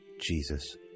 Jesus